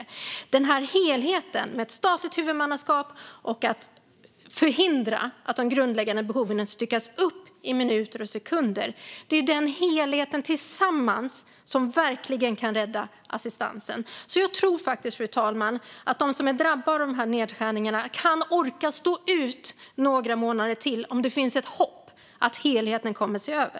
Helheten, det vill säga ett statligt huvudmannaskap och att vi förhindrar att de grundläggande behoven styckas upp i minuter och sekunder, är det som kan rädda assistansen. Jag tror att de som drabbats av nedskärningarna orkar stå ut några månader till om det finns hopp om att helheten ses över.